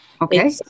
Okay